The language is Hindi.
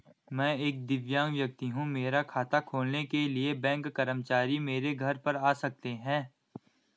मैं एक दिव्यांग व्यक्ति हूँ मेरा खाता खोलने के लिए बैंक कर्मचारी मेरे घर पर आ सकते हैं?